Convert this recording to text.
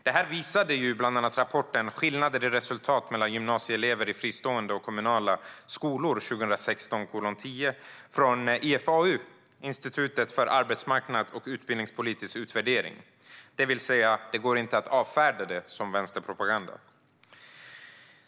Det visade bland annat rapporten Skillnader i resultat mellan gymnasieelever i fristående och kommunala skolor från IFAU, Institutet för arbetsmarknads och utbildningspolitisk utvärdering. Det går inte att avfärda det som vänsterpropaganda.